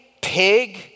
pig